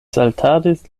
saltadis